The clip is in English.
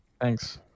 thanks